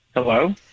Hello